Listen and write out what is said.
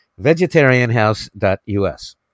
vegetarianhouse.us